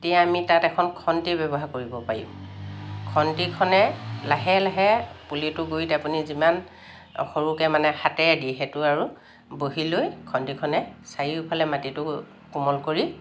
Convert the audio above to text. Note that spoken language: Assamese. তেতিয়া আমি তাত এখন খন্তি ব্যৱহাৰ কৰিব পাৰি খন্তিখনে লাহে লাহে পুলিটো গুড়িত আপুনি যিমান সৰুকৈ মানে হাতে দি সেইটো আৰু বহি লৈ খন্তিখনে চাৰিওফালে মাটিটো কোমল কৰি